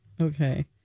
Okay